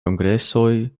kongresoj